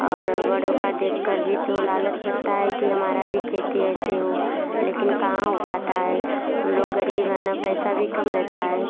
और बड़ों का देखकर भी तो लालच बढ़ता है कि हमारा भी खेती ऐसे हो लेकिन कहाँ हो पाता है हम लोग गरीब हैं ना पैसा भी कम रहता है